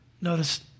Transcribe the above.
notice